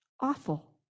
awful